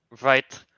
right